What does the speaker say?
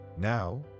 Now